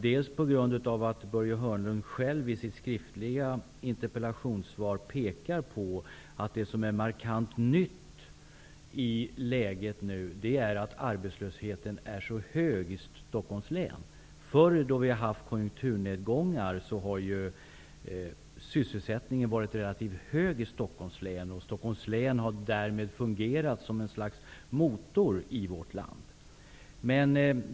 I interpellationssvaret pekade ju Börje Hörnlund själv på att det som är markant nytt i läget är att arbetslösheten är så hög i Stockholms län. Förr när vi har haft konjunkturnedgångar har sysselsättningen varit relativt hög i Stockholms län. Stockholms län har därigenom fungerat som ett slags motor i vårt land.